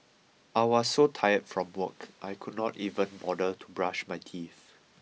I was so tired from work I could not even bother to brush my teeth